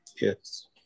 Yes